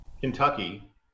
Kentucky